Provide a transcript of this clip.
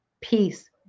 peace